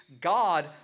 God